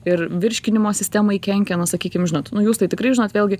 ir virškinimo sistemai kenkia na sakykim žinot nu jūs tai tikrai žinot vėlgi